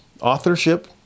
Authorship